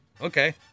okay